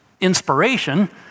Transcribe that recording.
inspiration